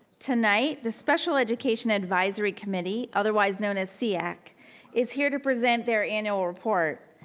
tonight the special education advisory committee, otherwise known as seac, is here to present their annual report.